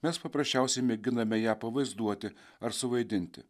mes paprasčiausiai mėginame ją pavaizduoti ar suvaidinti